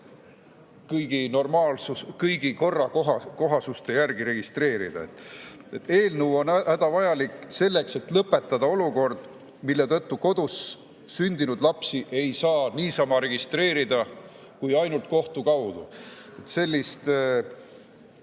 lapse saaks kõigi korrakohasuste järgi registreerida. Eelnõu on hädavajalik selleks, et lõpetada olukord, mille tõttu kodus sündinud lapsi ei saa muidu registreerida kui ainult kohtu kaudu. Sellist